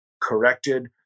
corrected